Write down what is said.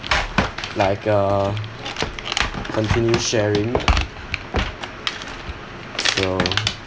like uh continue sharing so